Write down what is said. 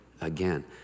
again